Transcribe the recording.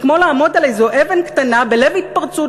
זה כמו לעמוד על איזה אבן קטנה בלב התפרצות